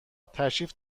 تشریف